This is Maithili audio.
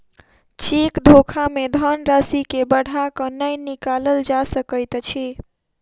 चेक धोखा मे धन राशि के बढ़ा क नै निकालल जा सकैत अछि